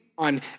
on